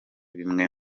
bimwe